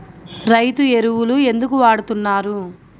రైతు ఎరువులు ఎందుకు వాడుతున్నారు?